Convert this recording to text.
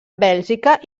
bèlgica